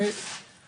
יכולה